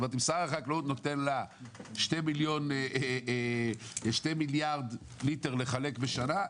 אם שר החקלאות נותן לה 2 מיליארד ליטר לחלק בשנה,